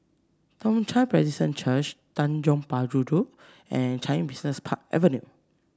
Toong Chai Presbyterian Church Tanjong Penjuru and Changi Business Park Avenue